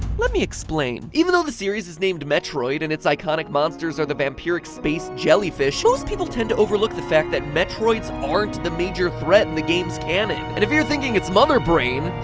let me explain. even though the series is named metroid and its iconic monsters are the vampiric space jellyfish, most people tend to overlook the fact that metroids aren't the major threat in the game's canon. and if you're thinking it's mother brain.